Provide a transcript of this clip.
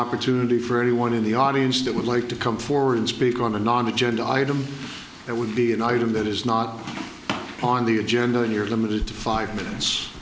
opportunity for anyone in the audience that would like to come forward and speak on a non agenda item that would be an item that is not on the agenda you're limited to five minutes